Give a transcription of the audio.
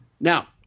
Now